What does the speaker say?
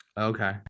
Okay